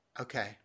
okay